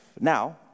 Now